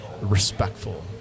respectful